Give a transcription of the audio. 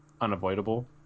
unavoidable